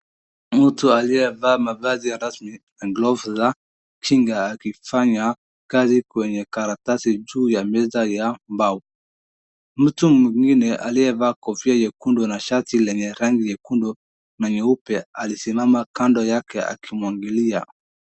Mtu aliyevaa mavazi ya rasmi na glovu za kinga akifanya kazi kwenye karatasi juu ya meza ya mbao, mtu mwingine aliyevaa kofia nyekundu na shati yenye rangi nyekundu na nyeupe amesimama kando yake akimwagilia.